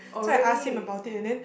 so I asked him about it and then